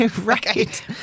Right